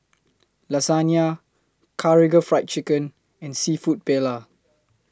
Lasagna Karaage Fried Chicken and Seafood Paella